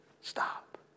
stop